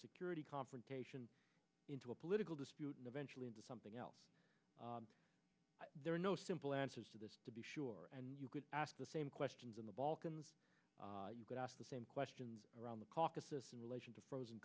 security confrontation into a political dispute and eventually into something else there are no simple answers to this to be sure and you could ask the same questions in the balkans you could ask the same questions around the caucasus in relation to frozen